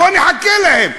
בוא נחכה להם,